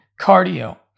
cardio